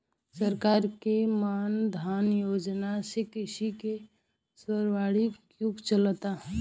सरकार के मान धन योजना से कृषि के स्वर्णिम युग चलता